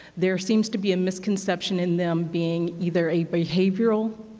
there seems to be a misconception in them being either a behavioral